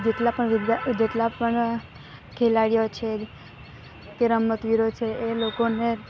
જેટલા પણ જેટલા પણ ખેલાડીઓ છે કે રમતવીરો છે એ લોકોને